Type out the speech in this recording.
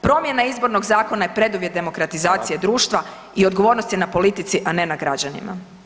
Promjena izbornog zakona je preduvjet demokratizacije društva i odgovornost je na politici, a ne na građanima.